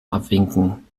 abwinken